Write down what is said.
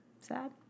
sad